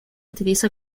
utiliza